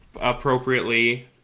appropriately